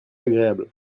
agréable